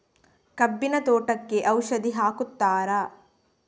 ಕಬ್ಬಿನ ತೋಟಕ್ಕೆ ಔಷಧಿ ಹಾಕುತ್ತಾರಾ?